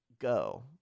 Go